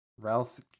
Ralph